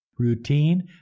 routine